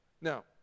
Now